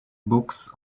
books